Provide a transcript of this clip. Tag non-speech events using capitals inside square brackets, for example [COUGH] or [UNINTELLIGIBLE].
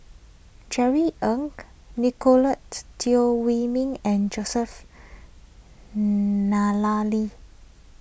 Jerry Ng [NOISE] Nicolette Teo Wei Min and Joseph [HESITATION] [UNINTELLIGIBLE]